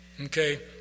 Okay